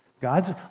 God's